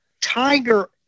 Tiger